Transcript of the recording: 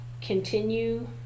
continue